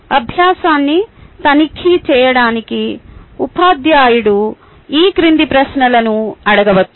అభ్యాసాన్ని తనిఖీ చేయడానికి ఉపాధ్యాయుడు ఈ క్రింది ప్రశ్నలను అడగవచ్చు